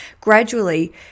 gradually